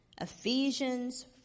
ephesians